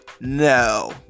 No